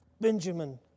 Benjamin